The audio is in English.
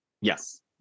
Yes